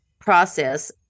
process